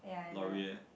Loreal